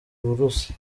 buruse